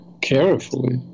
carefully